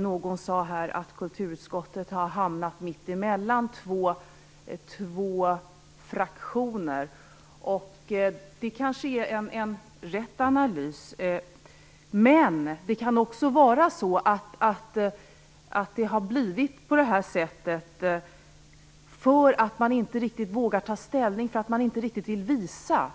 Någon sade här att kulturutskottet har hamnat mittemellan två fraktioner. Det är kanske en riktig analys. Men det kan också vara så att det har blivit på det här sättet för att man inte riktigt vågar ta ställning, för att man inte riktigt vill visa.